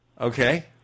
Okay